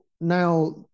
now